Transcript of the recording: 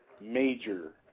Major